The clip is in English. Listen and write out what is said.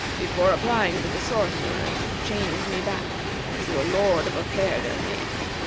before applying to the sorcerers to change me back into a lord of a fair domain.